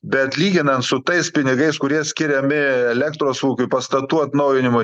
bet lyginant su tais pinigais kurie skiriami elektros ūkiui pastatų atnaujinimui